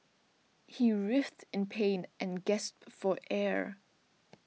he writhed in pain and gasped for air